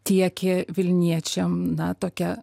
tiekė vilniečiam na tokią